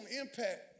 impact